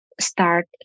start